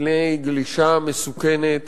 מפני גלישה מסוכנת